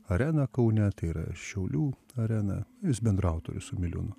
arena kaune tai yra šiaulių arena jis bendraautorius su miliūnu